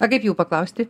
a kaip jų paklausti